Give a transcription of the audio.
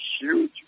huge